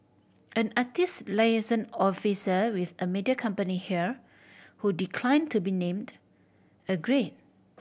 an artist liaison officer with a media company here who declined to be named agreed